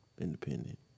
independent